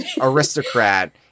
aristocrat